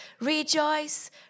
Rejoice